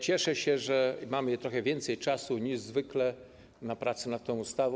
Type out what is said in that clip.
Cieszę się, że mamy trochę więcej czasu niż zwykle na pracę nad tą ustawą.